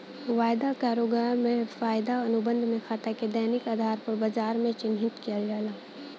वायदा कारोबार में, वायदा अनुबंध में खाता के दैनिक आधार पर बाजार में चिह्नित किहल जाला